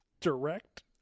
direct